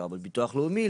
לרבות ביטוח לאומי,